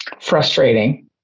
Frustrating